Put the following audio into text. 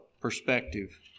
perspective